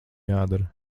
jādara